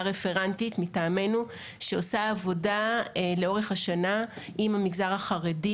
רפרנטית מטעמנו שעושה עבודה לאורך השנה עם המגזר החרדי.